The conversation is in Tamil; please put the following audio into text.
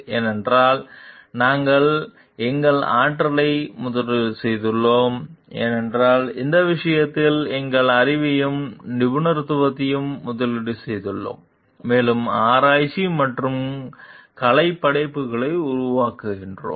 ஏனென்றால் நாங்கள் எங்கள் ஆற்றலை முதலீடு செய்துள்ளோம் ஏனென்றால் இந்த விஷயத்தில் எங்கள் அறிவையும் நிபுணத்துவத்தையும் முதலீடு செய்துள்ளோம் மேலும் ஆராய்ச்சி மற்றும் கலைப் படைப்புகளை உருவாக்குகிறோம்